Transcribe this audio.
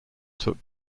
took